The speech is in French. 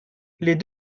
les